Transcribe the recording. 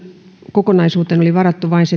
kokonaisuuteen oli varattu vain se